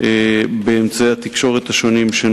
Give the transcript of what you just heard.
שנוגעים לזהירות בדרכים באמצעי התקשורת השונים.